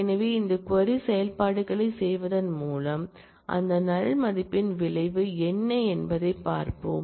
எனவே இந்த க்வரி செயல்பாடுகளைச் செய்வதன் மூலம் அந்த நல் மதிப்பின் விளைவு என்ன என்பதைப் பார்ப்போம்